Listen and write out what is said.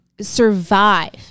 survive